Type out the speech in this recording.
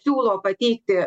siūlo pateikti